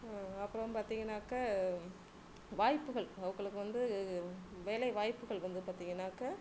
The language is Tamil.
அப்புறம் பார்த்திங்கனாக்க வாய்ப்புகள் அவங்களுக்கு வந்து வேலைவாய்ப்புகள் வந்து பார்த்திங்கனாக்க